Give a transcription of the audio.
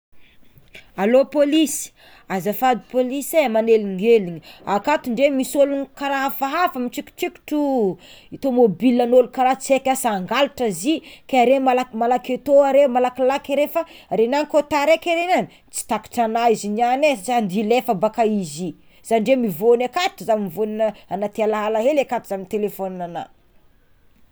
Allô pôlisy azafady pôlisy magnelingelina, akato ndre misy ologno kara hafahafa mitsikotsikotro tômôbilan'olo kara tsy eky asa angalatra zy ke are malak- malaky atô are malakilaky are, are niany koa tareky are niany tsy takatrana izy niany e tsy ande hilefa baka izy zah ndray mivôny akaty zah mivôny anaty alala hely akato zah mitelefôniny ana.